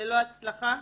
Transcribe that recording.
ללא הצלחה.